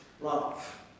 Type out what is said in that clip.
love